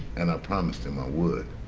and i promised him i would.